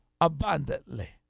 abundantly